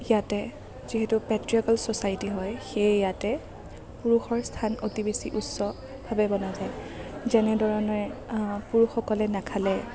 ইয়াতে যিহেতু patriarchal society হয় সেয়ে ইয়াতে পুৰুষৰ স্থান অতি বেছি উচ্চভাৱে মনা যায় যেনেধৰণেৰে পুৰুষসকলে নাখালে